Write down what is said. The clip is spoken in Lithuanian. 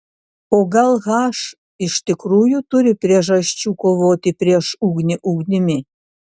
o gal h iš tikrųjų turi priežasčių kovoti prieš ugnį ugnimi